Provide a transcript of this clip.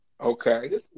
Okay